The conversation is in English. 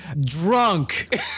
Drunk